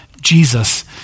Jesus